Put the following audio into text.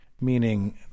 Meaning